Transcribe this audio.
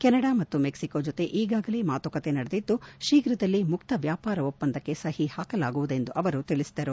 Canada ಮತ್ತು Mexico ಜೊತೆ ಈಗಾಗಲೇ ಮಾತುಕತೆ ನಡೆದಿದ್ದು ಶೀಘದಲ್ಲಿ ಮುಕ್ತ ವ್ಯಾಪಾರ ಒಪ್ಪಂದಕ್ಕೆ ಸಹಿ ಹಾಕಲಾಗುವುದು ಎಂದು ಅವರು ತಿಳಿಸಿದರು